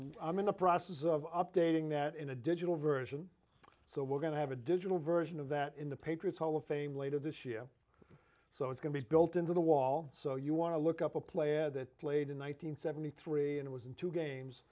tell i'm in the process of updating that in a digital version so we're going to have a digital version of that in the patriots hall of fame later this year so it's going to be built into the wall so you want to look up a player that played in one thousand nine hundred and seventy three and it was two games